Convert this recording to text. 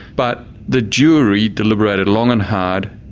but the jury deliberated long and hard,